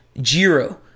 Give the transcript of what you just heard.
Jiro